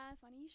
Funny